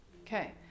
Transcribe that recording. Okay